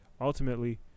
ultimately